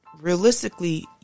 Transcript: realistically